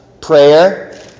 prayer